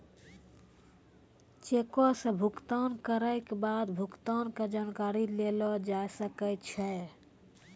चेको से भुगतान करै के बाद भुगतान के जानकारी लेलो जाय सकै छै